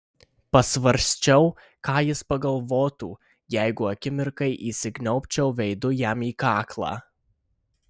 pasvarsčiau ką jis pagalvotų jeigu akimirkai įsikniaubčiau veidu jam į kaklą